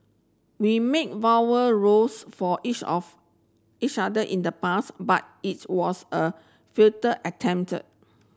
we made for each of each other in the past but its was a attempted